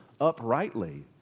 uprightly